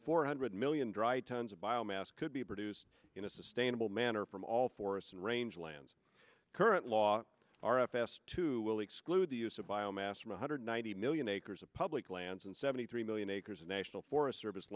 four hundred million dry tons of biomass could be produced in a sustainable manner from all forests and range lands current law r f s two will exclude the use of biomass from one hundred ninety million acres of public lands and seventy three million acres of national forest service